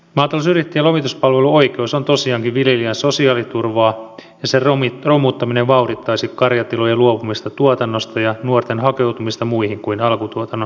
maatalousyrittäjän lomituspalveluoikeus on tosiaankin viljelijän sosiaaliturvaa ja sen romuttaminen vauhdittaisi karjatilojen luopumista tuotannosta ja nuorten hakeutumista muihin kuin alkutuotannon ammatteihin